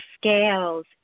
scales